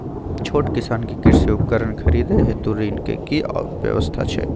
छोट किसान के कृषि उपकरण खरीदय हेतु ऋण के की व्यवस्था छै?